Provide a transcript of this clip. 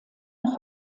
noch